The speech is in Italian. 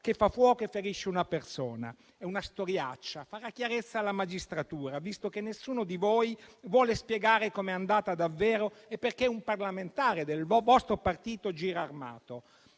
che fa fuoco e ferisce una persona. È una storiaccia. Farà chiarezza la magistratura, visto che nessuno di voi vuole spiegare come è andata davvero e perché un parlamentare del vostro partito gira armato.